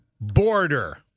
border